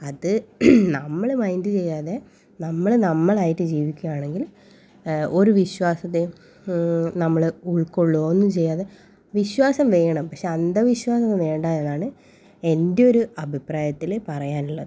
അത് നമ്മൾ മൈൻഡ് ചെയ്യാതെ നമ്മൾ നമ്മളായിട്ട് ജീവിക്കുവാണെങ്കിൽ ഒരു വിശ്വാസതയെ നമ്മൾ ഉൾക്കൊള്ളുകയും ഒന്നും ചെയ്യാതെ വിശ്വാസം വേണം പക്ഷേ അന്ധവിശ്വാസം വേണ്ട എന്നാണ് എൻ്റെ ഒരു അഭിപ്രായത്തിൽ പറയാനുള്ളത്